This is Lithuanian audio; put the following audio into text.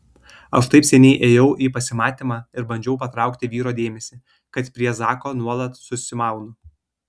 aš taip seniai ėjau į pasimatymą ir bandžiau patraukti vyro dėmesį kad prie zako nuolat susimaunu